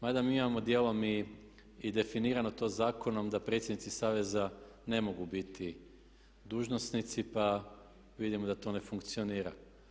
Mada mi imamo dijelom i definirano to zakonom da predsjednici saveza ne mogu biti dužnosnici pa vidimo da to ne funkcionira.